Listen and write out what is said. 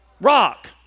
rock